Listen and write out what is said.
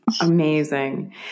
Amazing